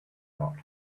thought